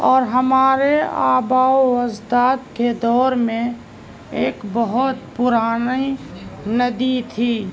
اور ہمارے آباء و اجداد کے دور میں ایک بہت پرانی ندی تھی